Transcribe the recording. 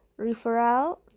referral